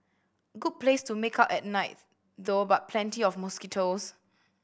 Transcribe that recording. good place to make out at night though but plenty of mosquitoes